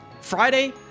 Friday